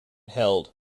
held